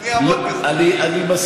אני אעמוד בזה.